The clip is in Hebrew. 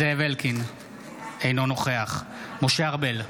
אינו נוכח משה ארבל,